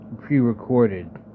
...pre-recorded